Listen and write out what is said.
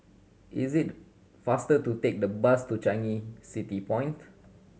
is it faster to take the bus to Changi City Point